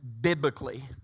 biblically